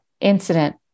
incident